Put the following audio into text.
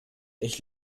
ich